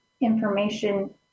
information